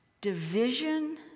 division